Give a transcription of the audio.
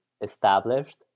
established